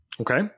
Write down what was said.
Okay